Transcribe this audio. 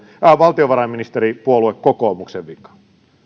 valtiovarainministeripuolue kokoomuksen vika